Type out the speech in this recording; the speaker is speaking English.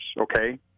okay